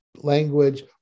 language